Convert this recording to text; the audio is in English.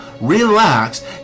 relax